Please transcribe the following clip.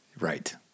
Right